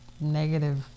negative